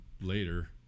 later